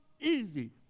easy